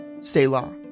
Selah